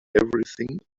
everything